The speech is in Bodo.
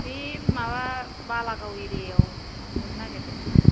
बे माबा बालागाव एरियायाव लुनो नागिरदोंमोन आं